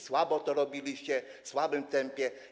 Słabo to robiliście, w słabym tempie.